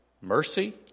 mercy